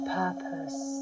purpose